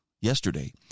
yesterday